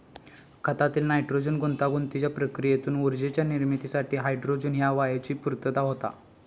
खतातील नायट्रोजन गुंतागुंतीच्या प्रक्रियेतून ऊर्जेच्या निर्मितीसाठी हायड्रोजन ह्या वायूची पूर्तता होता